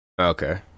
Okay